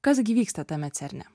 kas gi vyksta tame cerne